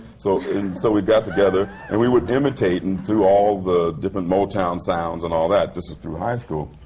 so so we got together, and we would imitate and do all the different motown sounds and all that. this is through high school,